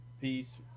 peace